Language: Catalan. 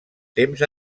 temps